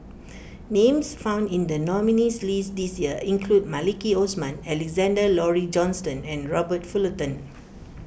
names found in the nominees' list this year include Maliki Osman Alexander Laurie Johnston and Robert Fullerton